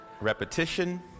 Repetition